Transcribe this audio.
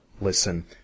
Listen